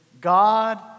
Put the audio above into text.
God